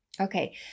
Okay